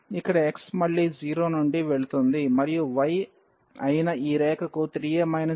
కాబట్టి ఇక్కడ x మళ్లీ 0 నుండి వెళుతుంది మరియు y అయిన ఈ రేఖకి 3a x కి సమానం